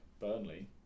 Burnley